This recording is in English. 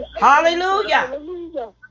hallelujah